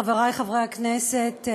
חברי חברי הכנסת,